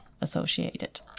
associated